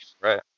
right